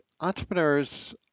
entrepreneurs